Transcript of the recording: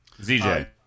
ZJ